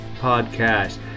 Podcast